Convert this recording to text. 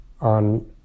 on